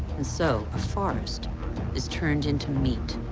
and so, a forest is turned into meat.